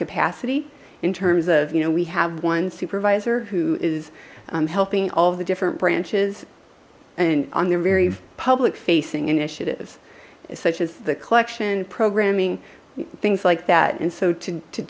capacity in terms of you know we have one supervisor who is helping all the different branches and on their very public facing initiatives such as the collection programming things like that and so to